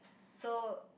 so